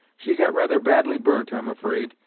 she got rather badly burnt, i'm afraid.